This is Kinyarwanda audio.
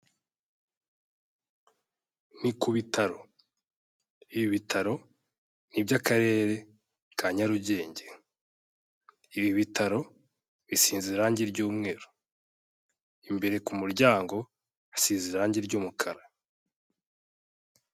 Ni ku bitaro, ibi bitaro ni iby'Akarere ka Nyarugenge, ibi bitaro bisize irangi ry'umweru, imbere ku muryango hasize irangi ry'umukara.